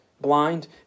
blind